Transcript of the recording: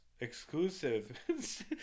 exclusive